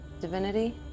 divinity